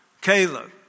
Caleb